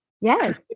yes